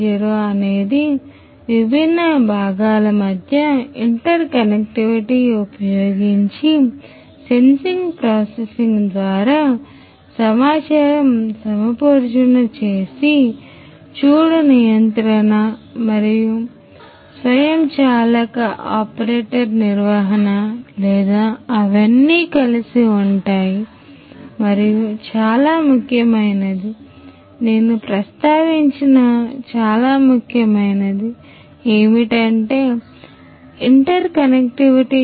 0అనేది విభిన్న భాగాల మధ్య ఇంటర్కనెక్టివిటీ ఉపయోగించి సెన్సింగ్ ప్రాసెసింగ్ ద్వారా సమాచార సముపార్జన చేసి చూడు నియంత్రణ ఆపరేటర్ నిర్వహణ లేదా ఇవన్నీ కలిసి ఉంటాయి మరియు చాలా ముఖ్యమైనది నేను ప్రస్తావించని చాలా ముఖ్యమైనది ఏమిటంటే ఇంటర్ కనెక్టివిటీ